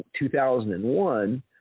2001